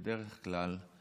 בדרך כלל,